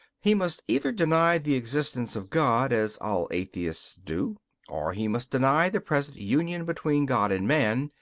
he must either deny the existence of god, as all atheists do or he must deny the present union between god and man,